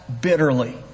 bitterly